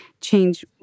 change